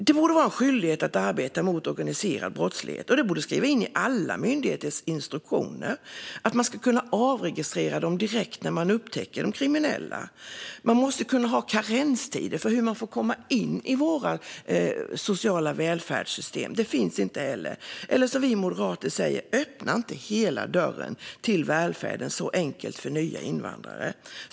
Det borde vara en skyldighet att arbeta mot organiserad brottslighet, och vi borde skriva in i alla myndigheters instruktioner att man ska kunna avregistrera kriminella direkt när man upptäcker dem. Vi måste kunna ha karenstider för hur man får komma in i våra sociala välfärdssystem - det finns inte heller. Vi moderater säger: Öppna inte hela dörren till välfärden så enkelt för nya invandrare.